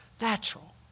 natural